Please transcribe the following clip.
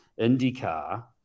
IndyCar